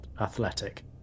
athletic